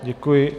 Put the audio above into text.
Děkuji.